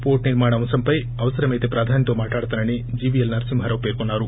పోర్లు నిర్మాణ అంశంపై అవసరమైతే ప్రధానితో మాట్లాడతానని జీవీఎల్ నరసింహారావు పేర్కొన్నారు